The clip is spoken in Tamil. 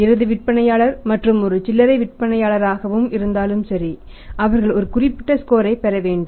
இறுதி வாங்குபவர் மற்றும் சில்லறை விற்பனையாளரகவும் இருந்தாலும் சரி அவர்கள் ஒரு குறிப்பிட்ட ஸ்கோரை பெறவேண்டும்